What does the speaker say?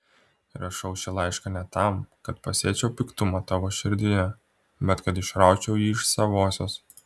rašau šį laišką ne tam kad pasėčiau piktumą tavo širdyje bet kad išraučiau jį iš savosios